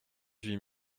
huit